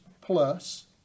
plus